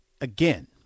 again